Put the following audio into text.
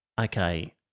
okay